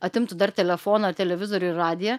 atimtų dar telefoną televizorių ir radiją